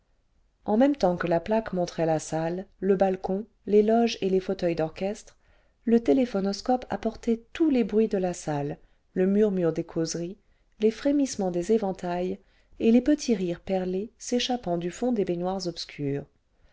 en même temps que la plaque montrait la salle le balcon les loges et les fauteuils d'orchestre le téléphonoscope apportait tous les bruits de la salle le murmure des causeries les frémissements des éventails et les petits rires perlés s'échappant du fond des baignoires obscures